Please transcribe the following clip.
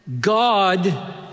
God